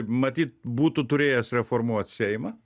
matyt būtų turėjęs reformuoti seimą